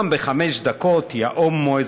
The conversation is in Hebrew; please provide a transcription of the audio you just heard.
פעם בחמש דקות: יא הומו,